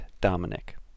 Dominic